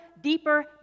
deeper